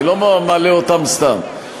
אני לא מעלה אותם סתם.